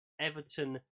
Everton